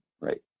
Right